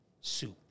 soup